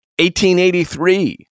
1883